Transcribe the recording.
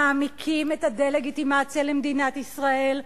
מעמיקים את הדה-לגיטימציה למדינת ישראל,